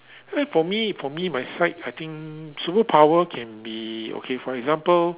eh for me for me my side I think superpower can be okay for example